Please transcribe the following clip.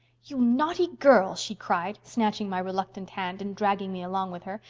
you naughty girl she cried, snatching my reluctant hand and dragging me along with her.